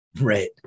Right